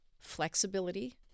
flexibility